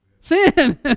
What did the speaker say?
Sin